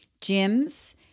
gyms